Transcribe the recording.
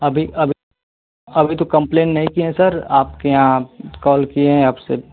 अभी अभी अभी तो कंप्लेन नहीं किए हैं सर आपके यहाँ कॉल किए हैं आपसे